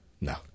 No